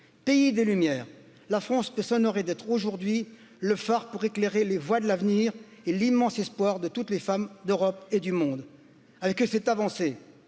pays des lumières, la France peut s'honorer d'être aujourd'hui le phare pour éclairer la les voies de l'avenir et l'immense espoir de toutes les femmes d'europe et du monde. Att avancée,